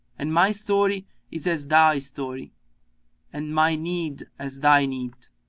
and my story is as thy story and my need as thy need.